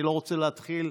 אני לא רוצה להתחיל,